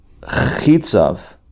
chitzav